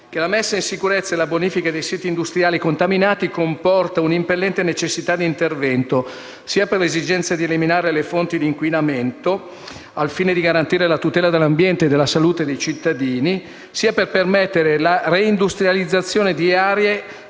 che la messa in sicurezza e la bonifica dei siti industriali contaminati comporta un'impellente necessità di intervento, sia per l'esigenza di eliminare le fonti di inquinamento al fine di garantire la tutela dell'ambiente e della salute dei cittadini, sia per permettere la reindustrializzazione di aree,